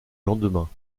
lendemain